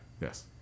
Yes